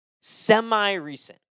Semi-recent